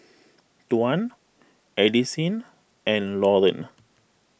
Tuan Addisyn and Lauren